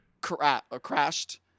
crashed